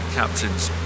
captain's